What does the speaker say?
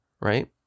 right